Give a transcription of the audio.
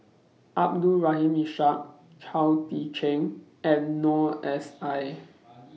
Abdul Rahim Ishak Chao Tzee Cheng and Noor S I